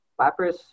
Lapras